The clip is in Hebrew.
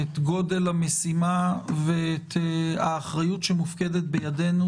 את גודל המשימה ואת האחריות שמופקדת בידינו,